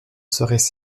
seraient